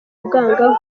bwangavu